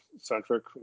Centric